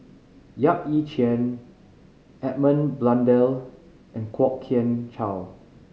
Yap Ee Chian Edmund Blundell and Kwok Kian Chow